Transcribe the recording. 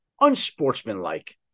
unsportsmanlike